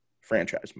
franchise